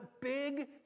big